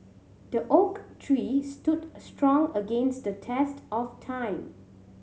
the oak tree stood strong against the test of time